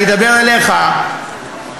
אני אדבר אליך ואליכם,